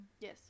Yes